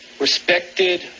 respected